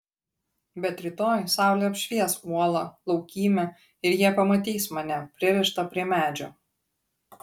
bet rytoj saulė apšvies uolą laukymę ir jie pamatys mane pririštą prie medžio